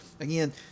again